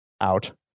out